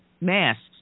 masks